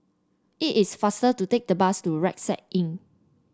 it is faster to take the bus to Rucksack Inn